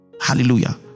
Hallelujah